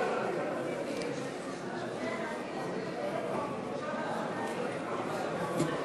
משרד הרווחה והשירותים החברתיים,